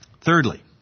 Thirdly